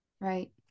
Right